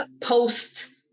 post